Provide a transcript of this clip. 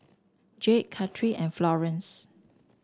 Jade Kathryn and Florance